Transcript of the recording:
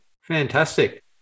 Fantastic